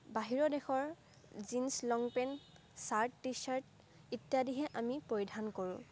বাহিৰৰ দেশৰ jeans long pant shirt T shirt ইত্যাদিহে আমি পৰিধান কৰোঁ